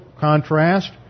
contrast